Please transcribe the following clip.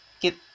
get